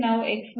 ಇವು ಹೀಗಿರುತ್ತವೆ